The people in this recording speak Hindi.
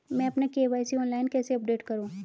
मैं अपना के.वाई.सी ऑनलाइन कैसे अपडेट करूँ?